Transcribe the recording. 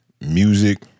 music